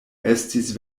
estis